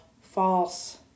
false